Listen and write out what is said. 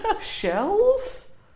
Shells